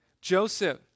Joseph